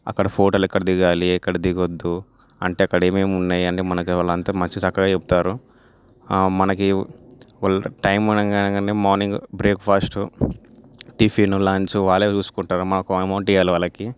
అక్కడ ఫోటోలు ఎక్కడ దిగాలి ఎక్కడ దిగొద్దు అంటే అక్కడ ఏమేమి ఉన్నాయి అని వివరంతో మంచి చక్కగా చెప్తారు మనకు టైం అవగానే అంటే మార్నింగ్ బ్రేక్ఫాస్ట్ టిఫిన్ లంచ్ వాళ్ళే చూసుకుంటారు మనకి మనం వడ్డి ఇవ్వాలి వాళ్ళకి